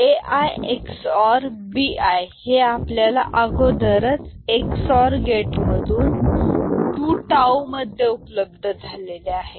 A i XOR B i हे आपल्याला अगोदरच एक्स ओर गेटमधून तू टाऊ मध्ये उपलब्ध झालेले आहे